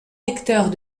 vecteurs